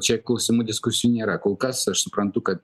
čia klausimų diskusijų nėra kol kas aš suprantu kad